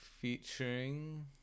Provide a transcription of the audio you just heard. featuring